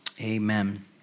amen